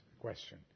question